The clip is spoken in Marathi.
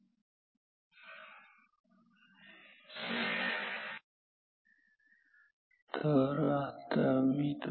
एकदा जर डेरिवेशन तुमच्या लक्षात आले तर तुम्ही हे सर्किट लक्षात ठेवू शकता